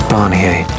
Barnier